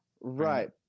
Right